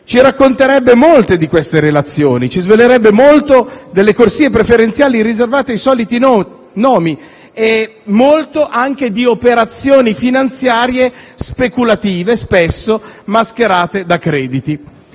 ci racconterebbe molte di queste relazioni e ci svelerebbe molto delle corsie preferenziali riservate ai soliti nomi e di operazioni finanziarie speculative spesso mascherate da crediti.